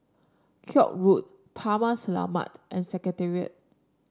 Koek Road Taman Selamat and Secretariat